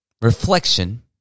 reflection